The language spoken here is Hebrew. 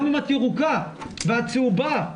גם אם את ירוקה ואת צהובה,